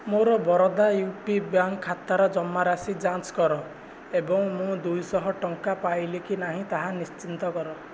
ମୋର Baroda U P bank ଖାତାର ଜମାରାଶି ଯାଞ୍ଚ କର ଏବଂ ମୁଁ ଦୁଇ ଶହ ଟଙ୍କା ପାଇଲି କି ନାହିଁ ତାହା ନିଶ୍ଚିତ କର